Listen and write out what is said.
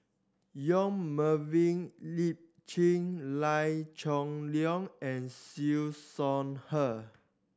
Yong Melvin Chye Liew Geok Leong and Siew Shaw Her